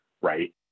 right